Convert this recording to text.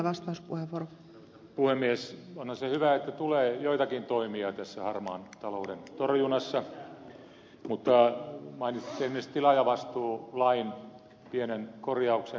onhan se hyvä että tulee joitakin toimia tässä harmaan talouden torjunnassa mutta mainitsitte esimerkiksi tilaajavastuulain pienen korjauksen